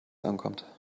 ankommt